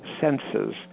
senses